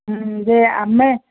ହୁଁ ଯେ ଆମେ